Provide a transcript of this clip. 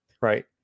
Right